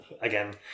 again